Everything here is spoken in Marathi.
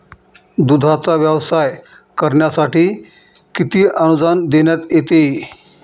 दूधाचा व्यवसाय करण्यासाठी किती अनुदान देण्यात येते?